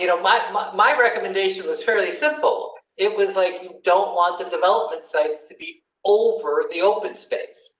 you know my my my recommendation was fairly simple. it was like, don't want the development sites to be over the open space.